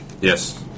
Yes